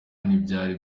ntibyari